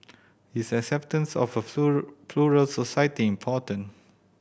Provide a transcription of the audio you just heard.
is acceptance of a plural society important